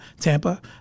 Tampa